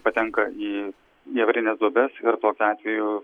patenka į į avarines duobes ir tokiu atveju